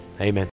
Amen